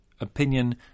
opinion